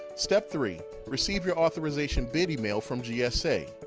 step three receive your authorization bid email from gsa.